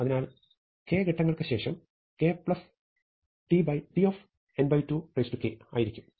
അതിനാൽ k ഘട്ടങ്ങൾക്ക് ശേഷം kTn2k ആയിരിക്കും